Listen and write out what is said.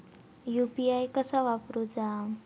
UPI कसा वापरूचा?